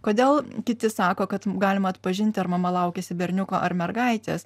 kodėl kiti sako kad galima atpažinti ar mama laukiasi berniuko ar mergaitės